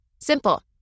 Simple